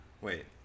wait